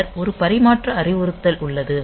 பின்னர் ஒரு பரிமாற்ற அறிவுறுத்தல் உள்ளது